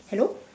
hello